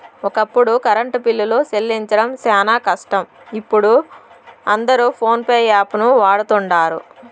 ఒకప్పుడు కరెంటు బిల్లులు సెల్లించడం శానా కష్టం, ఇపుడు అందరు పోన్పే యాపును వాడతండారు